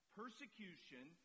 persecution